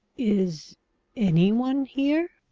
is any one here?